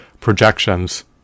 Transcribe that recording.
projections